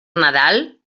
nadal